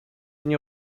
nie